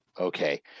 okay